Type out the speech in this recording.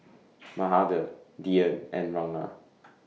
Mahade Dhyan and Ranga